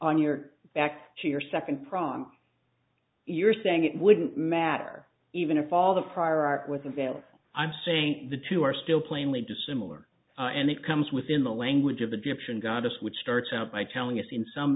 on your back to your second prong you're saying it wouldn't matter even if all the prior art with the veil i'm saying the two are still plainly dissimilar and it comes within the language of addiction goddess which starts out by telling us in some